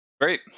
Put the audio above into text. Great